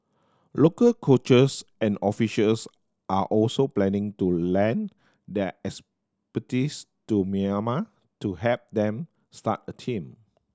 local coaches and officials are also planning to lend their expertise to Myanmar to help them start a team